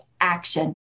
action